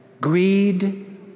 Greed